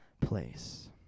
place